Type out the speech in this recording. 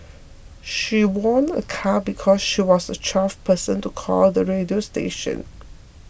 she won a car because she was the twelfth person to call the radio station